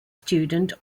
student